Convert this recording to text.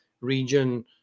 region